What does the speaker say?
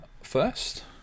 first